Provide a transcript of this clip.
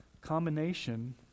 combination